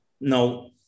No